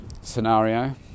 scenario